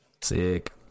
Sick